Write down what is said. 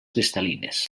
cristal·lines